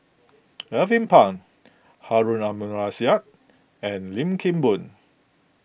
Alvin Pang Harun Aminurrashid and Lim Kim Boon